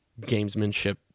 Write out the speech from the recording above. gamesmanship